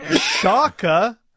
Shaka